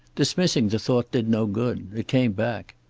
dismissing the thought did no good. it came back.